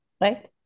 right